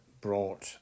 brought